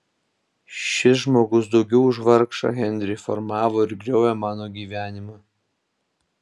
šis žmogus daugiau už vargšą henrį formavo ar griovė mano gyvenimą